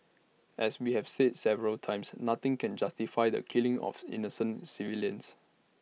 as we have said several times nothing can justify the killing of innocent civilians